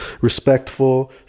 respectful